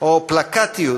או פלקטיות.